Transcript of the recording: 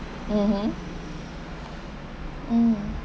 mmhmm mm